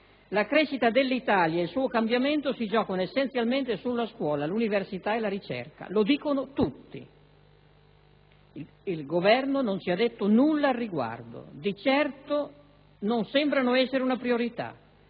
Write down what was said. la crescita dell'Italia e il suo cambiamento si giocano essenzialmente sulla scuola, l'università e la ricerca. Lo sostengono tutti, ma il Governo non ci ha detto nulla al riguardo. Di certo non sembrano essere una priorità,